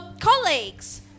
colleagues